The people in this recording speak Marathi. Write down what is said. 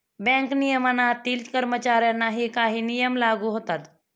बँक नियमनातील कर्मचाऱ्यांनाही काही नियम लागू होतात